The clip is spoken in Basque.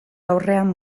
aurrean